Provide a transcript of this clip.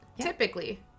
Typically